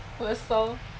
we're so